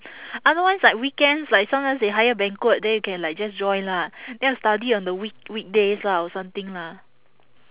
otherwise like weekends like sometimes they hire banquet then you can like just join lah then study on the week~ weekdays lah or something lah